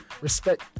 respect